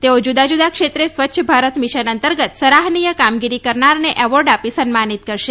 તેઓ જુદા જુદા ક્ષેત્રે સ્વચ્છ ભારત મિશન અંતર્ગત સરાહનીય કામગીરી કરનારને એવોર્ડ આપી સન્માનિત કરશે